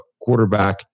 quarterback